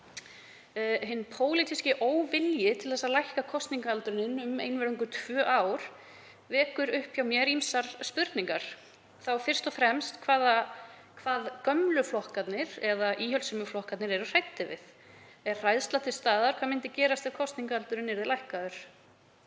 Hinn pólitíski óvilji til að lækka kosningaaldurinn um einvörðungu tvö ár vekur upp hjá mér ýmsar spurningar, þá fyrst og fremst við hvað gömlu flokkarnir eða íhaldssömu flokkarnir eru hræddir. Er hræðsla til staðar? Hvað myndi gerast ef kosningaaldurinn yrði lækkaður?